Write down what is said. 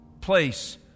Place